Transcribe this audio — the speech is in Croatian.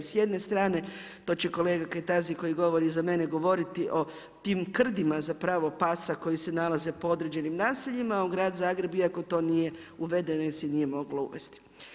S jedne strane, to će kolega Kajtazi, koji govori za mene, govoriti o tim krdima, za pravo pasa, koji se nalaze po određenim naseljima, u grad Zagreb, iako to nije uvedeno jer se nije moglo uvesti.